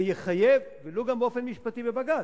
זה יחייב, ולו גם באופן משפטי בבג"ץ,